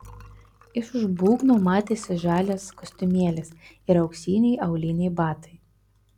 iš už būgno matėsi žalias kostiumėlis ir auksiniai auliniai batai